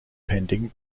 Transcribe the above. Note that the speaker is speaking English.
pending